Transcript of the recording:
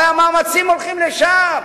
הרי המאמצים הולכים לשם.